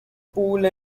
pool